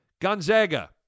Gonzaga